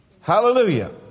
Hallelujah